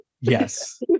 Yes